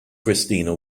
christina